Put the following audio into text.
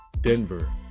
Denver